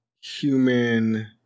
human